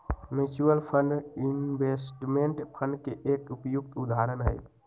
mutual fund investment fund के एक उपयुक्त उदाहरण हई